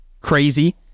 crazy